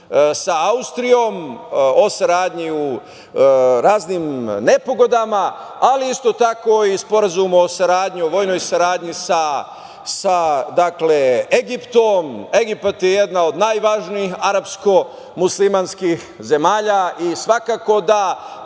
sa Austrijom o saradnji u raznim nepogodama, ali isto tako i Sporazum o vojnoj saradnji sa Egiptom. Egipat je jedna od najvažnijih arapsko-muslimanskih zemalja i svakako da